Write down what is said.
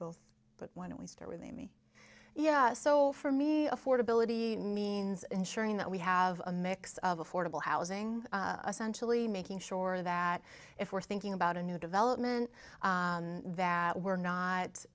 both but why don't we start with a me yeah so for me affordability means ensuring that we have a mix of affordable housing essential e making sure that if we're thinking about a new development that we're not